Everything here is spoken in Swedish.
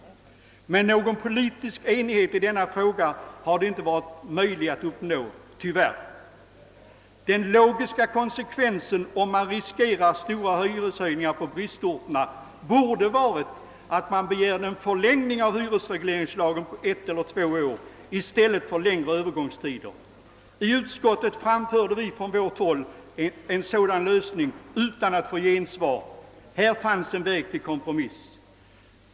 Någon politisk enighet i denna fråga har det dock tyvärr inte varit möjligt att uppnå. Den logiska konsekvensen av befarade stora hyreshöjningar på bristorterna borde ha varit att man begärde en förlängning av hyresregleringslagen med ett eller två år i stället för längre övergångstider. I utskottet framförde vi från vårt håll förslag om en sådan lösning utan att få gensvar. Här fanns en väg till kompromiss.